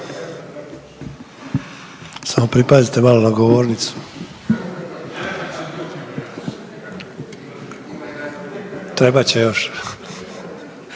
Samo pripazite malo na govornicu. Trebat će još.